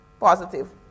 Positive